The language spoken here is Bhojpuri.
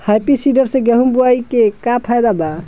हैप्पी सीडर से गेहूं बोआई के का फायदा बा?